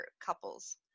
couples